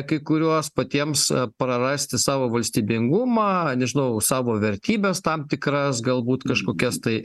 kai kuriuos patiems prarasti savo valstybingumą nežinau savo vertybes tam tikras galbūt kažkokias tai